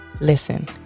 Listen